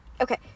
Okay